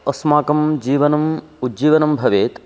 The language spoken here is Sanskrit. अस्माकं जीवनम् उज्जीवनं भवेत्